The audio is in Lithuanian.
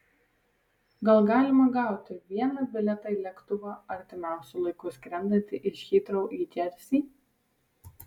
gal galima gauti vieną bilietą į lėktuvą artimiausiu laiku skrendantį iš hitrou į džersį